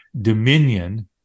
dominion